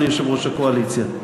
אדוני יושב-ראש הקואליציה.